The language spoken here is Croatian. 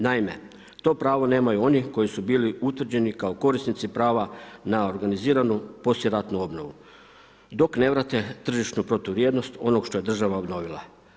Naime, to pravo nemaju oni koji su bili utvrđeni kao korisnici prava na organiziranu poslijeratnu obnovu dok ne vrate tržišnu protuvrijednost onoga što je država obnovila.